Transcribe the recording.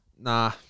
nah